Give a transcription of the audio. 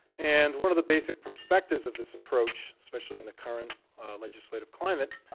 and one of the basic perspectives of this approach, especially in the current legislative climate,